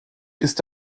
ist